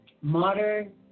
modern